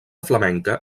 flamenca